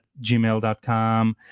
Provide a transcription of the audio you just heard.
gmail.com